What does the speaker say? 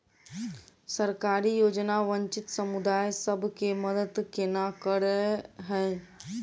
सरकारी योजना वंचित समुदाय सब केँ मदद केना करे है?